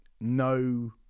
no